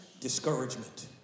discouragement